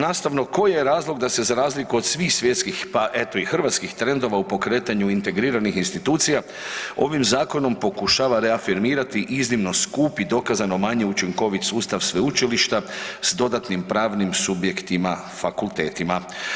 Nastavno, koji je razlog da se za razliku od svih svjetskih pa eto i hrvatskih trendova u pokretanju integriranih institucija ovim zakonom pokušava reafirmirati iznimno skup i dokazano manje učinkovit sustav sveučilišta s dodatnim pravnim subjektima fakultetima.